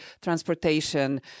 transportation